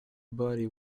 body